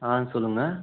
ஆ சொல்லுங்கள்